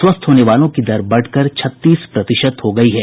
स्वस्थ होने वालों की दर बढ़कर छत्तीस प्रतिशत हो गयी है